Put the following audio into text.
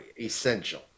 essential